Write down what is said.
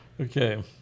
Okay